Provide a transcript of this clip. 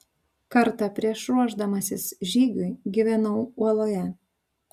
kartą prieš ruošdamasis žygiui gyvenau uoloje